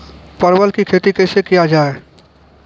परवल की खेती कैसे किया जाय?